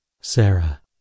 Sarah